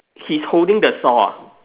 he's holding the saw ah